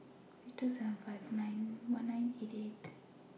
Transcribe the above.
three seven two five one nine eight eight